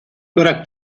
irak